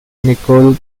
nicole